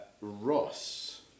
Ross